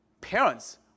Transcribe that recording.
Parents